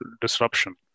Disruption